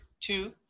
two